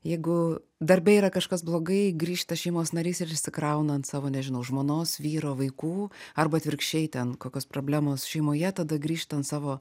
jeigu darbe yra kažkas blogai grįžta šeimos narys ir išsikrauna ant savo nežinau žmonos vyro vaikų arba atvirkščiai ten kokios problemos šeimoje tada grįžta ant savo